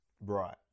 Right